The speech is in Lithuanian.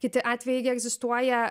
kiti atvejai jie egzistuoja